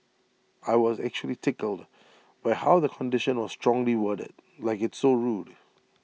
I was actually tickled by how the condition was strongly worded like it's so rude